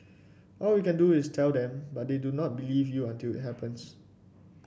all we can do is tell them but they do not believe you until it happens